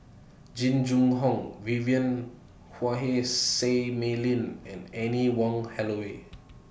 Jing Jun Hong Vivien Quahe Seah Mei Lin and Anne Wong Holloway